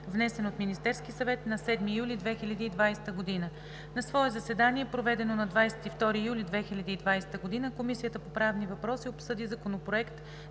внесен от Министерския съвет на 7 юли 2020 г. На свое заседание, проведено на 22 юли 2020 г., Комисията по правни въпроси обсъди Законопроект